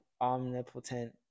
omnipotent